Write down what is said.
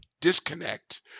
disconnect